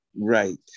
Right